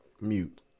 mute